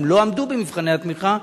הם לא עמדו במבחני התמיכה,